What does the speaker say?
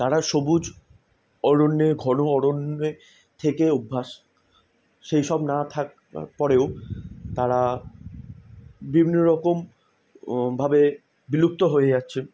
তারা সবুজ অরণ্যে ঘন অরণ্যে থেকে অভ্যাস সেই সব না থাকার পরেও তারা বিভিন্ন রকম ভাবে বিলুপ্ত হয়ে যাচ্ছে